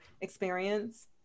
experience